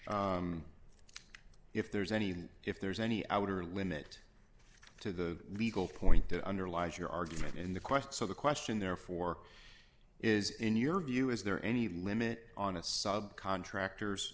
wonder if there's any if there's any outer limit to the legal point that underlies your argument in the quest so the question therefore is in your view is there any limit on a sub contractors